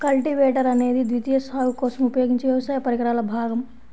cultivator అనేది ద్వితీయ సాగు కోసం ఉపయోగించే వ్యవసాయ పరికరాల భాగం